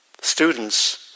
students